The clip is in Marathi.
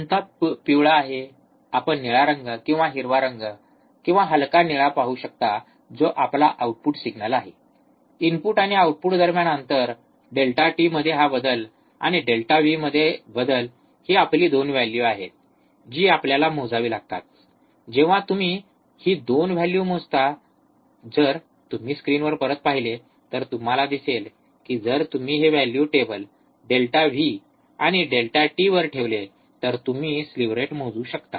कोणता पिवळा आहे आपण निळा रंग किंवा हिरवा रंग किंवा हलका निळा पाहू शकता जो आपला आउटपुट सिग्नल आहे इनपुट आणि आउटपुट दरम्यान अंतर डेल्टा टी मध्ये हा बदल आणि डेल्टा व्ही मध्ये बदल ही आपली 2 व्हॅल्यू आहेत जी आपल्याला मोजावी लागतात जेव्हा तुम्ही ही 2 व्हॅल्यू मोजता जर तुम्ही स्क्रीनवर परत पाहिले तर तुम्हाला दिसेल की जर तुम्ही हे व्हॅल्यू टेबल डेल्टा व्ही आणि डेल्टा टी वर ठेवले तर तुम्ही स्लीव्ह रेट मोजू शकता